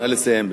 נא לסיים.